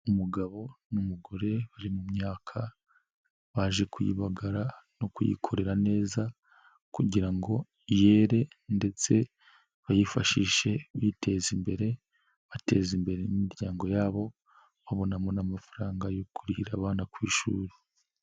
Umugabo n'umugore, bari mu myaka, baje kuyibaga no kuyikorera neza kugira ngo yere ndetse bayifashishe, biteza imbere, bateza imbere imiryango yabo, babonamo n'amafaranga yo kurihira abana ku ishuri.